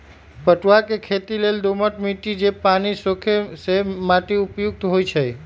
पटूआ के खेती लेल दोमट माटि जे पानि सोखे से माटि उपयुक्त होइ छइ